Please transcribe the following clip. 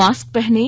mask पहनें